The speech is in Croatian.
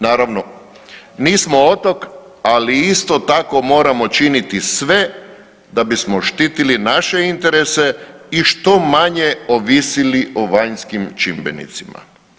Naravno nismo otok, ali isto tako moramo činiti sve da bismo štitili naše interese i što manje ovisili o vanjskim čimbenicima.